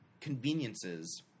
conveniences